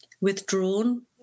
withdrawn